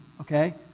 okay